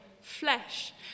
flesh